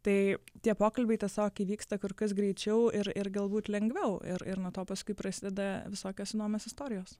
tai tie pokalbiai tiesiog įvyksta kur kas greičiau ir ir galbūt lengviau ir ir nuo to paskui prasideda visokios įdomios istorijos